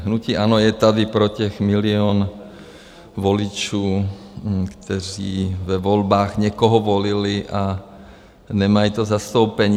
Hnutí ANO je tady pro těch milionu voličů, kteří ve volbách někoho volili a nemají to zastoupení.